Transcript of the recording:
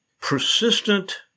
persistent